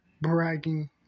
bragging